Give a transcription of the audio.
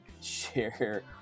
share